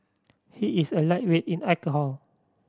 he is a lightweight in alcohol